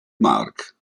mark